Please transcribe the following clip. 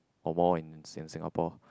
or more in Sin~ Singapore